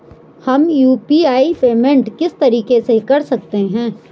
हम UPI payment किस तरीके से कर सकते हैं?